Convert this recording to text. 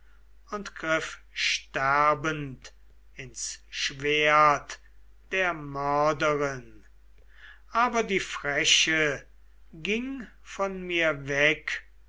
und griff sterbend ins schwert der mörderin aber die freche ging von mir weg